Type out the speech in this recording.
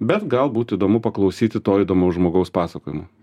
bet galbūt įdomu paklausyti to įdomaus žmogaus pasakojimo